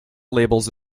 labels